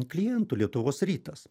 klientų lietuvos rytas